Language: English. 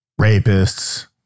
rapists